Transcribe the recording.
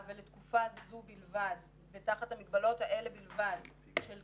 ולתקופה זו בלבד ותחת המגבלות האלה בלבד של קיבולת,